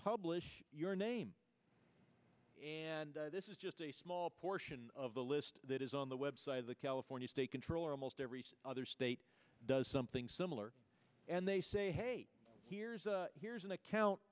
publish your name and this is just a small portion of the list that is on the website of the california state controller every other state does something similar and they say hey here's a here's an account